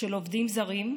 של עובדים זרים,